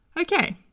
Okay